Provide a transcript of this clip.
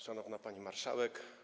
Szanowna Pani Marszałek!